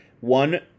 One